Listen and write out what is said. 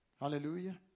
Hallelujah